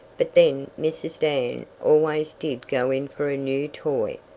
but then mrs. dan always did go in for a new toy.